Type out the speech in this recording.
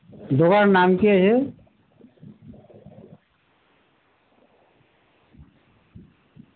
দোকানের নাম কী আছে